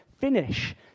finish